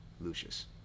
Lucius